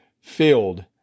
filled